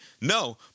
No